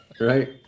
Right